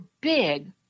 big